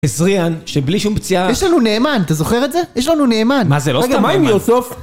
עזריאן, שבלי שום פציעה... יש לנו נאמן, אתה זוכר את זה? יש לנו נאמן. מה זה לא סתם נאמן? רגע, מה עם יוסוף?